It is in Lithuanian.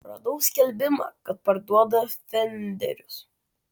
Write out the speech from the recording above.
radau skelbimą kad parduoda fenderius